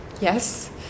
yes